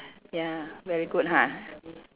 ya very good ha